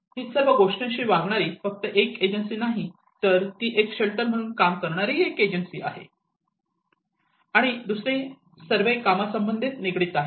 ही सर्व गोष्टींशी वागणारी फक्त एक एजन्सी नाही तर ती एक शेल्टर म्हणून काम करणारी एक एजन्सी आहे आणि दुसरी सर्वे कामा संबंधित निगडित आहे